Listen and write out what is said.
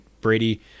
Brady